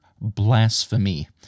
blasphemy